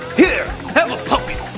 here, have a puppy!